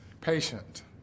patient